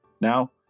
Now